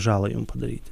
žalą jums padaryti